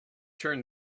turn